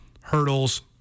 hurdles